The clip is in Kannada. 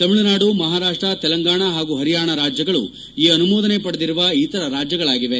ತಮಿಳುನಾಡು ಮಹಾರಾಷ್ಟ ತೆಲಂಗಾಣ ಹಾಗೂ ಪರ್ಯಾಣ ರಾಜ್ಯಗಳು ಈ ಅನುಮೋದನೆ ಪಡೆದಿರುವ ಇತರ ರಾಜ್ಯಗಳಾಗಿವೆ